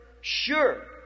Sure